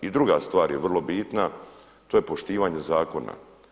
I druga stvar je vrlo bitna, to je poštivanje zakona.